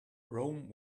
rome